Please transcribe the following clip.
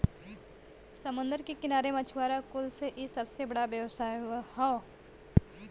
समुंदर के किनारे मछुआरा कुल से इ सबसे बड़ा व्यवसाय हौ